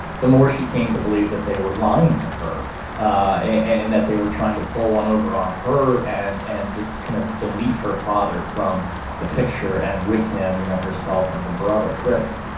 the more she came to believe that they were lying to her and that they were trying to pull one over on her and and just kind of delete her father from the picture. and with him, you know, herself and her brother fritz,